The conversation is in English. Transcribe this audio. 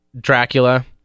Dracula